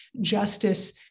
justice